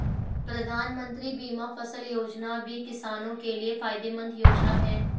प्रधानमंत्री बीमा फसल योजना भी किसानो के लिये फायदेमंद योजना है